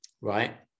right